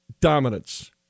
dominance